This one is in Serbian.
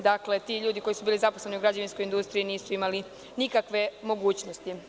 Dakle, ti ljudi koji su bili zaposleni u građevinskoj industriji nisu imali nikakve mogućnosti.